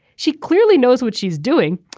she clearly knows what she's doing.